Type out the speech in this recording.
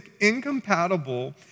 incompatible